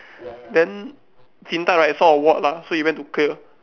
then Din-Tat right saw a ward ah so he went to clear